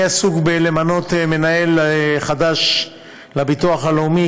אני עסוק במינוי מנהל חדש לביטוח הלאומי,